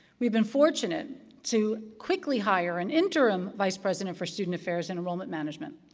we've been fortunate to quickly hire an interim vice president for student affairs and enrollment management.